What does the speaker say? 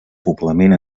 poblament